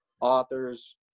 authors